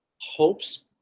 hopes